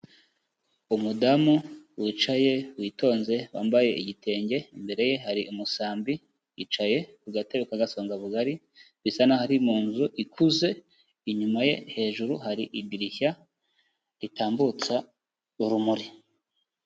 Umudamu wicaye witonze wambaye igitenge, imbere ye hari umusambi, yicaye ku gatebe k'agasonga bugari, bisa naho ari mu nzu ikuze, inyuma ye hejuru hari idirishya ritambutsa urumuri.